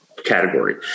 category